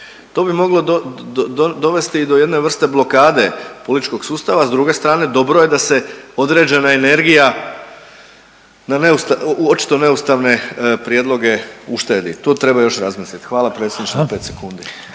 To bi moglo dovesti i do jedne vrste blokade političkog sustava. A s druge strane dobro je da se određena energija na očito neustavne prijedloge uštedi. Tu treba još razmislili. Hvala predsjedniče na 5 sekundi.